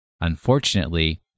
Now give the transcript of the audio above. Unfortunately